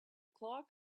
clock